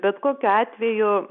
bet kokiu atveju